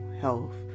health